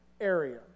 area